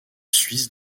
suisses